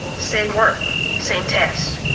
same work, same tests.